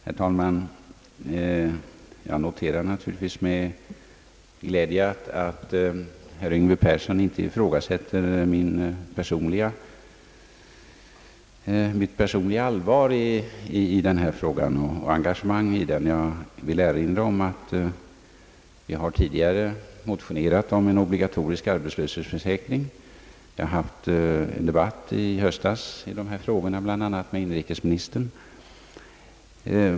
Herr talman! Jag noterar naturligtvis med glädje att herr Yngve Persson inte ifrågasätter mitt personliga allvar och engagemang i denna fråga. Jag vill erinra om att vi tidigare har motionerat om en obligatorisk arbetslöshetsförsäkring. Vi hade i höstas en debatt i dessa frågor bl.a. med inrikesministern.